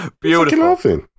Beautiful